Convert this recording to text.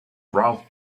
ralph